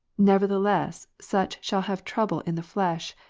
nevertheless such shall have trouble in the flesh,